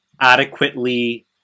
adequately